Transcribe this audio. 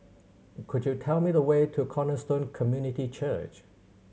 could you tell me the way to Cornerstone Community Church